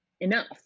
enough